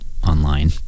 online